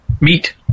meet